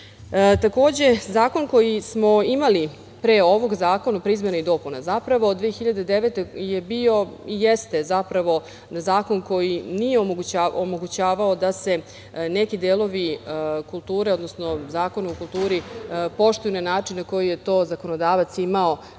kulturu. Takođe, zakon koji smo imali pre ovog, izmena i dopuna zapravo, od 2009. godine je bio i jeste zakon koji nije omogućavao da se neki delovi kulture, odnosno Zakon o kulturi poštuje na način na koji je to zakonodavac imao